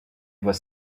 was